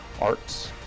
arts